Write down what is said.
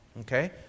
Okay